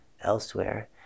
elsewhere